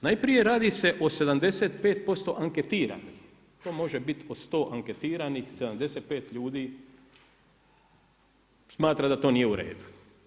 Najprije radi se o 75% anketiranih, to može biti od 100 anketiranih 75 ljudi smatra da to nije u redu.